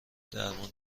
درمان